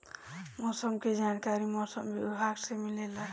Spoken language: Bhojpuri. मौसम के जानकारी मौसम विभाग से मिलेला?